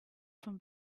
from